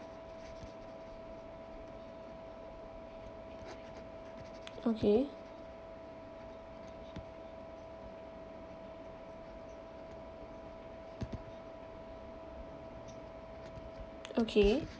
okay okay